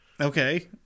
Okay